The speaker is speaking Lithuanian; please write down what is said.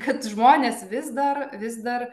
kad žmonės vis dar vis dar